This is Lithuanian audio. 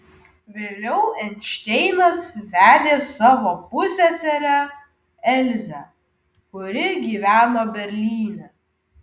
vėliau einšteinas vedė savo pusseserę elzę kuri gyveno berlyne